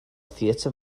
theatr